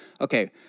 okay